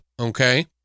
Okay